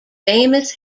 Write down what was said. famous